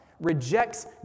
rejects